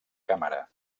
càmera